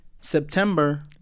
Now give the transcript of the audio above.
September